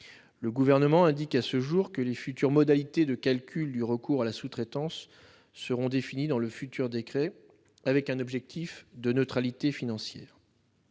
Le Gouvernement indique que les modalités de calcul du recours à la sous-traitance seront définies dans un futur décret, avec un objectif de « neutralité financière